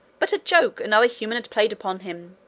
but a joke another human had played upon him.